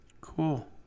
cool